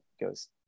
goes